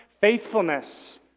faithfulness